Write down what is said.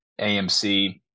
AMC